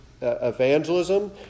evangelism